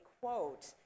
quote